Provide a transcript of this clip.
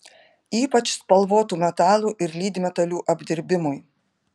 ypač spalvotų metalų ir lydmetalių apdirbimui